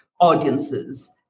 audiences